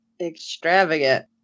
extravagant